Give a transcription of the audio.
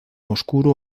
oscuro